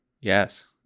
yes